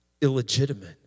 Illegitimate